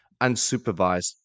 unsupervised